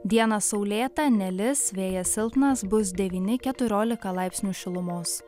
dieną saulėta nelis vėjas silpnas bus devyni keturiolika laipsnių šilumos